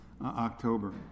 October